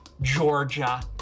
Georgia